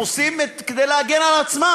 הם עושים את זה כדי להגן על עצמם.